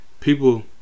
People